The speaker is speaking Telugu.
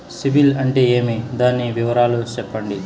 సిబిల్ అంటే ఏమి? దాని వివరాలు సెప్పండి?